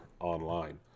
online